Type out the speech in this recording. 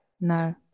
No